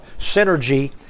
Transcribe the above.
Synergy